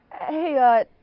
Hey